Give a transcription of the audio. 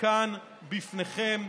כאן בפניכם.